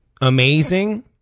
amazing